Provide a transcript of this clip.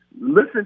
Listen